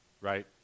right